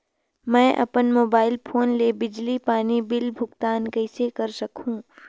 मैं अपन mobile phone ले बिजली पानी बिल भुगतान कइसे कर सकहुं?